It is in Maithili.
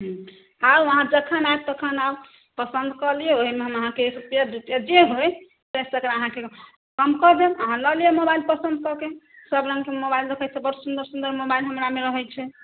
हम्म आउ अहाँ जखन हैत तखन आउ पसन्द कऽ लियौ ओहिमे हम अहाँकेँ हम एक रूपैया जे होय तकरा अहाँकेँ कम कऽ देब अहाँ लऽ लिअ मोबाइल पसन्द कऽ के सभ रङ्गके मोबाइल रखैत छियै बड़ सुन्दर सुन्दर मोबाइल हमरामे रहैत छै